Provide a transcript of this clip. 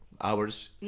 hours